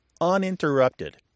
uninterrupted